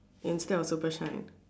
instead of super shine